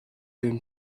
them